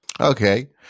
okay